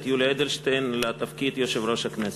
יולי אדלשטיין לתפקיד יושב-ראש הכנסת.